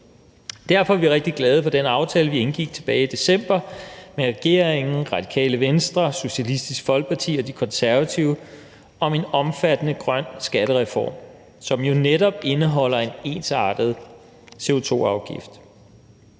Derfor er vi rigtig glade for den aftale, vi indgik tilbage i december 2020 med regeringen, Radikale Venstre, Socialistisk Folkeparti og De Konservative om en omfattende grøn skattereform, som jo netop indeholder en ensartet CO2-afgift.